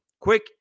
quick